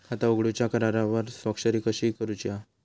खाता उघडूच्या करारावर स्वाक्षरी कशी करूची हा?